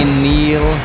kneel